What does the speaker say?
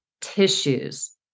tissues